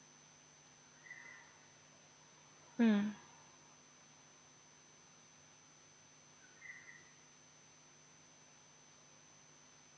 mm